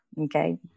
Okay